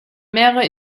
mehrere